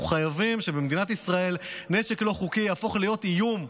אנחנו חייבים שבמדינת ישראל נשק לא חוקי יהפוך להיות איום,